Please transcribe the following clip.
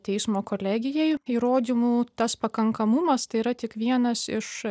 teismo kolegijai įrodymų tas pakankamumas tai yra tik vienas iš